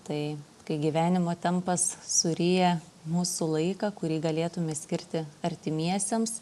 tai kai gyvenimo tempas suryja mūsų laiką kurį galėtume skirti artimiesiems